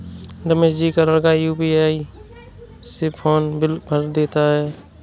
रमेश जी का लड़का यू.पी.आई से फोन बिल भर देता है